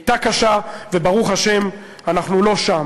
הייתה קשה, וברוך השם אנחנו לא שם.